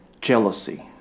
jealousy